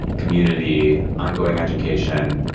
community, ongoing education.